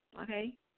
Okay